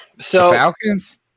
Falcons